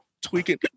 tweaking